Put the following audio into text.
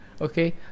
Okay